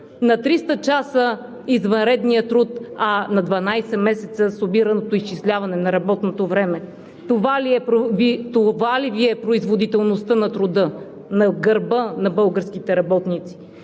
на 300 часа извънредния труд, а на 12 месеца сумираното изчисляване на работното време. Това ли Ви е производителността на труда, която е на гърба на българските работници?!